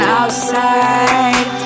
outside